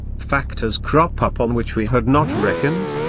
factors crop up on which we had not reckoned,